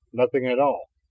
nothing at all!